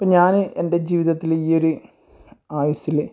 ഇപ്പം ഞാൻ എൻ്റെ ജീവിതത്തിൽ ഈയൊരു ആയുസ്സിൽ